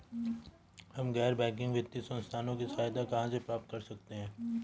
हम गैर बैंकिंग वित्तीय संस्थानों की सहायता कहाँ से प्राप्त कर सकते हैं?